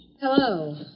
Hello